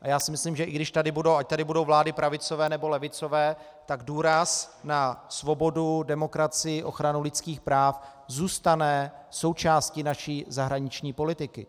Já si myslím, že ať tady budou vlády pravicové, nebo levicové, tak důraz na svobodu, demokracii, ochranu lidských práv zůstane součástí naší zahraniční politiky.